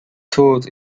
tools